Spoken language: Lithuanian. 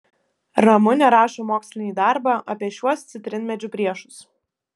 ramunė rašo mokslinį darbą apie šiuos citrinmedžių priešus